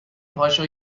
پاشو